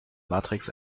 matrix